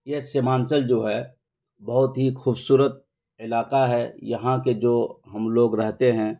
یہ سیمانچل جو ہے بہت ہی خوبصورت علاقہ ہے یہاں کے جو ہم لوگ رہتے ہیں